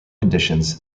conditions